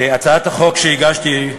הצעת החוק שהגשתי,